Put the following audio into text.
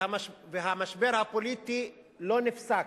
והמשבר הפוליטי לא נפסק,